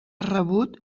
rebut